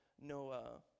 no